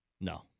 No